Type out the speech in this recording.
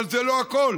אבל זה לא הכול: